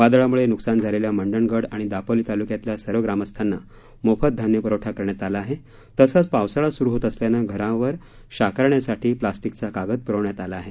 वादळाम्ळे न्कसान झालेल्या मंडणगड आणि दापोली ताल्क्यातल्या सर्व ग्रामस्थांना मोफत धान्य प्रवठा करण्यात आला आहे तसंच पावसाळा स्रू होत असल्यानं घरांवर शाकारण्यासाठी प्लास्टिकचा कागद प्रविण्यात आला आहे